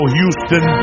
Houston